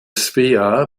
svea